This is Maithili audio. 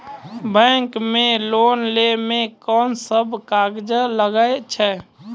बैंक मे लोन लै मे कोन सब कागज लागै छै?